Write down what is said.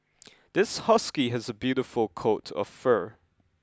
this husky has a beautiful coat of fur